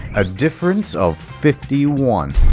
a difference of fifty one.